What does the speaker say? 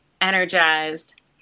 energized